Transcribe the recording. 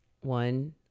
one